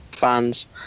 fans